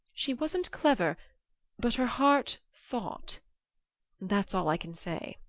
she wasn't clever but her heart thought that's all i can say.